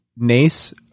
Nace